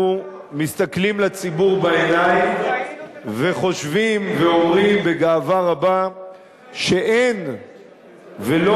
אנחנו מסתכלים לציבור בעיניים וחושבים ואומרים בגאווה רבה שאין ולא